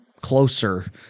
closer